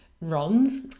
runs